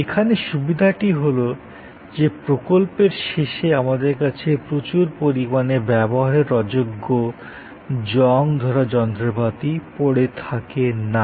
এখানে সুবিধাটি হল যে প্রকল্পের শেষে আমাদের কাছে প্রচুর পরিমাণে ব্যবহারের অযোগ্য জং ধরা যন্ত্রপাতি পড়ে থাকে না